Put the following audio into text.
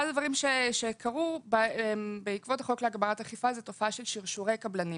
אחד הדברים שקרו בעקבות החוק להגברת אכיפה זאת תופעה של שרשורי קבלנים